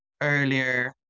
earlier